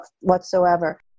whatsoever